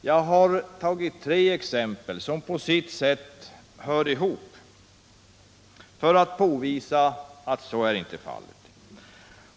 Jag har tagit tre exempel som på sitt sätt hör ihop för att påvisa att så inte är fallet.